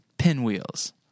pinwheels